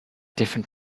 different